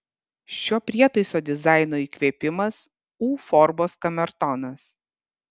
šio prietaiso dizaino įkvėpimas u formos kamertonas